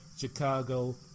Chicago